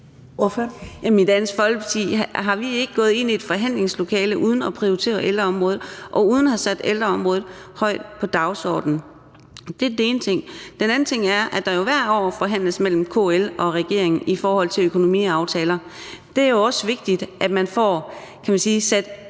i Dansk Folkeparti er vi ikke gået ind i et forhandlingslokale uden at prioritere ældreområdet og uden at have sat ældreområdet højt på dagsordenen. Det er den ene ting. Den anden ting er, at der jo hvert år forhandles mellem KL og regeringen i forhold til økonomiaftaler. Det er også vigtigt, at man får sat